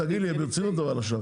תגיד לי, ברצינות אבל עכשיו.